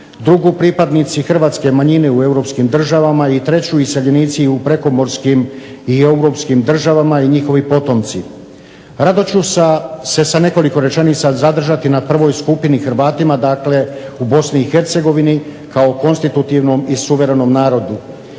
Drugu pripadnici hrvatske manjine u europskim državama. I treću iseljenici u prekomorskim i europskim državama i njihovi potomci. Rado ću se sa nekoliko rečenica zadržati na prvoj skupini Hrvatima, dakle u Bosni i Hercegovini kao konstitutivnom i suverenom narodu.